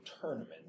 tournament